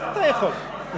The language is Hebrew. אתה יכול.